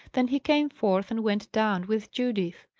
then he came forth, and went down with judith.